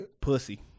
Pussy